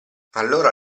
allora